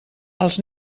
els